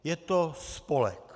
Je to spolek.